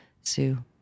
sue